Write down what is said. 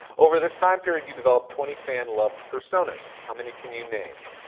over this time period, you've developed twenty fan-loved personas. how many can you name?